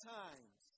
times